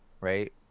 right